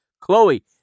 Chloe